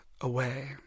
away